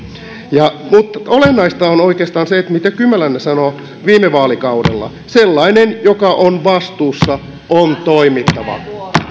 mutta olennaista on oikeastaan se mitä kymäläinen sanoi viime vaalikaudella sellaisen joka on vastuussa on toimittava